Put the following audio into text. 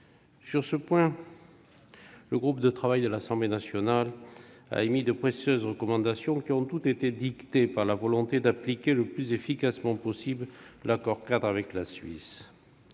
Sur ce point, le groupe de travail de l'Assemblée nationale a émis de précieuses recommandations, toutes dictées par la volonté d'appliquer le plus efficacement possible l'accord-cadre avec la Suisse.